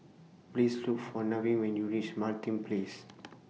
Please Look For Nevin when YOU REACH Martin Place